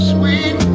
Sweet